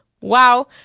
Wow